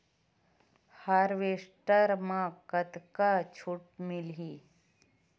Harvester म कतका छूट मिलही?